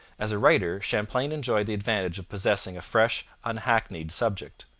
as a writer, champlain enjoyed the advantage of possessing a fresh, unhackneyed subject.